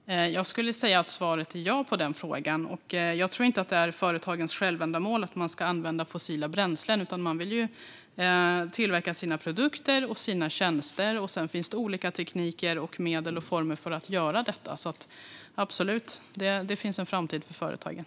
Fru talman! Jag skulle säga att svaret är ja på frågan. Jag tror inte att det är ett självändamål för företagen att använda fossila bränslen. De vill tillverka sina produkter och tjänster, och sedan finns olika tekniker, medel och former för att göra detta. Det finns absolut en framtid för företagen.